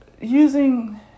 using